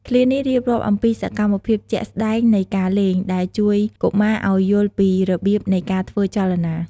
ឃ្លានេះរៀបរាប់អំពីសកម្មភាពជាក់ស្តែងនៃការលេង ដែលជួយកុមារឱ្យយល់ពីរបៀបនៃការធ្វើចលនា។